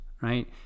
right